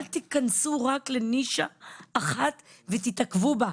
אל תיכנסו רק לנישה אחת ותתעכבו בה,